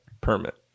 permit